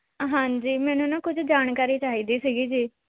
ਹਾਂਜੀ ਮੈਨੂੰ ਨਾ ਕੁਝ ਜਾਣਕਾਰੀ ਚਾਹੀਦੀ ਸੀ ਜੀ